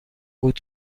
بود